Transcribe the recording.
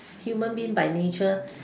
human being by nature